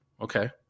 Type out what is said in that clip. Okay